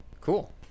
Cool